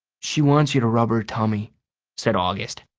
she wants you to rub her tummy said august.